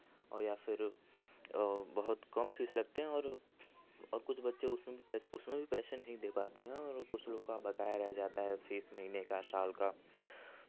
और या फिर बुहुत कम फ़ीस लगते हैं और और कुछ बच्चे उसमें भी पैसे उसमें भी पैसे नहीं दे पाते हैं और कुछ लोग का बकाया रह जाता है फ़ीस महीने का साल का